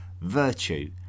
virtue